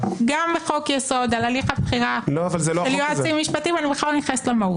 -- גם בחוק-יסוד על הליך הבחירה של יועצים משפטיים --- לא.